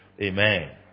Amen